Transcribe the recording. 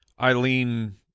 Eileen